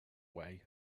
way